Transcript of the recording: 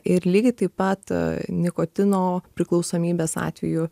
ir lygiai taip pat nikotino priklausomybės atveju